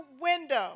window